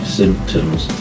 symptoms